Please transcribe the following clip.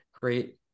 great